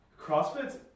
Crossfit